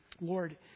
Lord